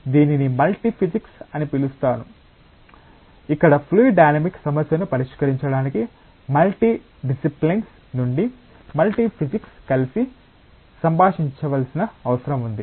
కాబట్టి దీనిని multi physics అని పిలుస్తారు ఇక్కడ ఫ్లూయిడ్ డైనమిక్స్ సమస్యను పరిష్కరించడానికి మల్టీ డిస్సిప్లిన్స్ నుండి మల్టీ ఫిజిక్స్ కలిసి సంభాషించాల్సిన అవసరం ఉంది